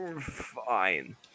fine